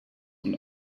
und